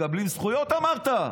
מקבלים זכויות, אמרת,